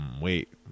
wait